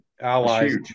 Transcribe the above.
allies